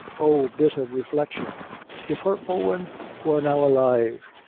oh! bitter reflection if her owen wore now alive,